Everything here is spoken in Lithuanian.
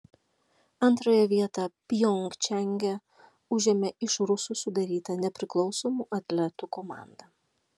antrąją vietą pjongčange užėmė iš rusų sudaryta nepriklausomų atletų komanda